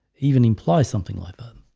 even imply something like um